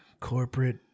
corporate